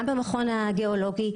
גם במכון הגיאולוגי